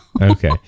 okay